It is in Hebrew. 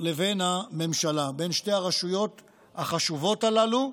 לבין הממשלה, בין שתי הרשויות החשובות הללו,